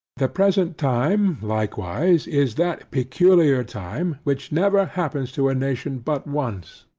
the present time, likewise, is that peculiar time, which never happens to a nation but once,